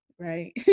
Right